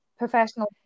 Professional